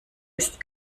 ist